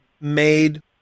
made